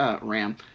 Ram –